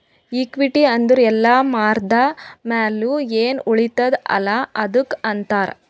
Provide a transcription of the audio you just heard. equity ಅಂದುರ್ ಎಲ್ಲಾ ಮಾರ್ದ ಮ್ಯಾಲ್ನು ಎನ್ ಉಳಿತ್ತುದ ಅಲ್ಲಾ ಅದ್ದುಕ್ ಅಂತಾರ್